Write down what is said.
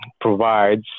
provides